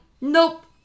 nope